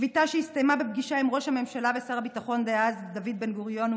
שביתה שהסתיימה בפגישה עם ראש הממשלה ושר הביטחון דאז דוד בן-גוריון.